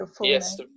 Yes